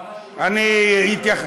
למה?